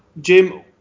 Jim